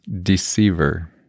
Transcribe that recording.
deceiver